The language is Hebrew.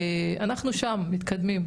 אנחנו שם, מתקדמים.